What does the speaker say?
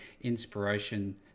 inspiration